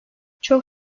çok